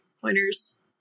pointers